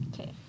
Okay